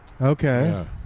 Okay